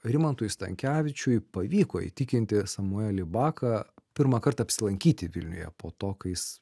rimantui stankevičiui pavyko įtikinti samuelį baką pirmą kartą apsilankyti vilniuje po to kai jis